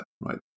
right